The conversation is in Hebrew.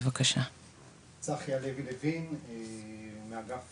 צחי הלוי לוין, מאגף